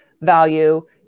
value